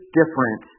different